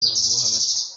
hagati